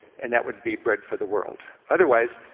and that would be bread for the world. otherwise,